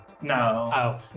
No